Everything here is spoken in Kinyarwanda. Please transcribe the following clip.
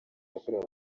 yakorewe